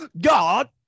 god